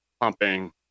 pumping